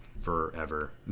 forever